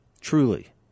truly